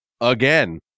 again